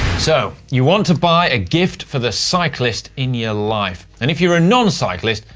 so you want to buy a gift for the cyclist in your life. and if you're a non-cyclist,